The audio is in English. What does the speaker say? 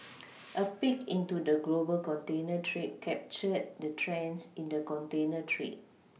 a peek into the global container trade captured the trends in the container trade